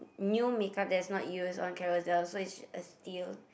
new makeup that's not used on Carousell so it's a steal